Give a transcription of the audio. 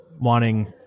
wanting